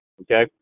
okay